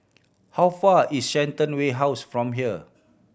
how far is Shenton House from here